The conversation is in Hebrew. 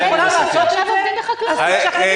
חלקם עובדים בחקלאות.